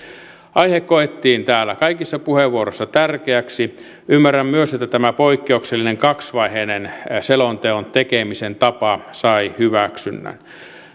aihe koettiin täällä kaikissa puheenvuoroissa tärkeäksi ymmärrän myös että tämä poikkeuksellinen kaksivaiheinen selonteon tekemisen tapa sai hyväksynnän